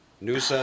News